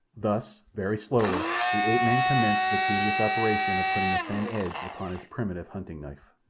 thus, very slowly, the ape-man commenced the tedious operation of putting a thin edge upon his primitive hunting-knife.